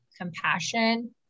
compassion